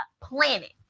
planet